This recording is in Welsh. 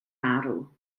arw